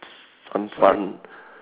some fun